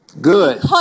Good